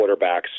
quarterbacks